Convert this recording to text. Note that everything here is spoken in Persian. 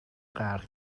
غرق